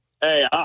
Hey